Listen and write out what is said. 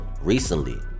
Recently